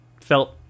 felt